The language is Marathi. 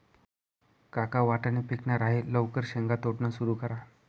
काका वाटाणे पिकणार आहे लवकर शेंगा तोडणं सुरू करा